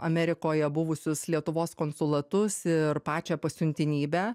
amerikoje buvusius lietuvos konsulatus ir pačią pasiuntinybę